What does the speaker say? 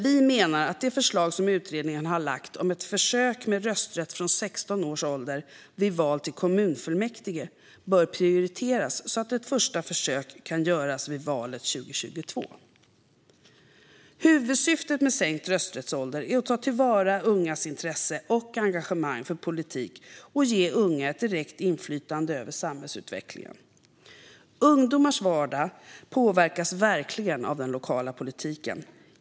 Vi menar att det förslag som utredningen har lagt fram om ett försök med rösträtt från 16 års ålder vid val till kommunfullmäktige bör prioriteras så att ett första försök kan göras vid valet 2022. Huvudsyftet med sänkt rösträttsålder är att ta till vara ungas intresse och engagemang för politik och ge unga ett direkt inflytande över samhällsutvecklingen. Ungdomars vardag påverkas verkligen av den lokala politiken.